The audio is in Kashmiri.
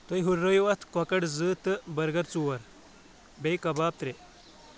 تُہۍ ہُرٲیو اتھ کۄکر زٕ تہٕ بٔرگر ژور بیٚیہِ کباب ترٛےٚ